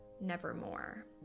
nevermore